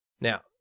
Now